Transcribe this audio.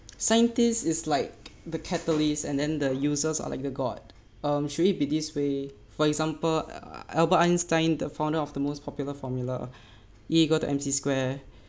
scientists is like the catalyst and then the users are like the god um should it be this way for example albert einstein the founder of the most popular formula E equal to M_C square